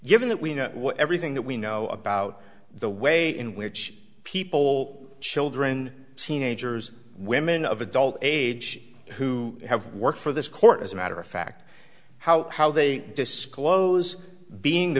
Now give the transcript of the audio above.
given that we know everything that we know about the way in which people children teenagers women of adult age who have worked for this court as a matter of fact how how they disclose being the